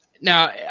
Now